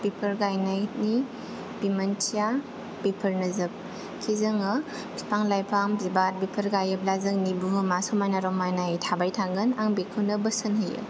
बेफोर गायनायनि बिमानथिया बेफोरनोजोब खि जोङो फिफां लाइफां बिबार बेफोर गायोब्ला जोंनि बुहुमा समायना रमायनायै थाबाय थागोन आं बेखौनो बोसोन होयो